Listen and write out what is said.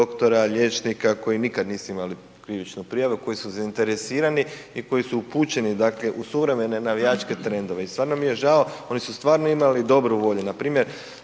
doktora, liječnika koji nikad nisu imali krivičnu prijavu, koji su zainteresirani i koji su upućeni u suvremene navijačke trendove i stvarno mi je žao, oni su stvarno imali dobru volju.